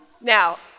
Now